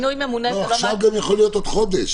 מינוי ממונה --- זה יכול להיות גם עוד חודש.